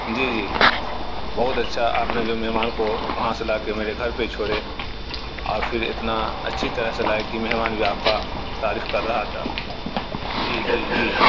جی جی بہت اچھا آپ نے جو مہمان کو وہاں سے لا کے میرے گھر پہ چھوڑے اور پھر اتنا اچھی طرح سے لائے کہ مہمان بھی آپ کا تعریف کر رہا تھا جی جی جی